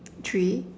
three